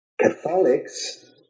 Catholics